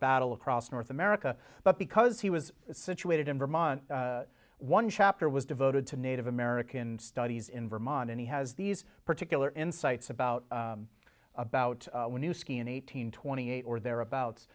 battle across north america but because he was situated in vermont one chapter was devoted to native american studies in vermont and he has these particular insights about about when you ski and eight hundred twenty eight or thereabouts